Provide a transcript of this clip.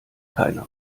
keiner